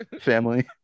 family